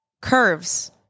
Curves